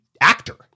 actor